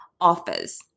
offers